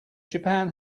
japan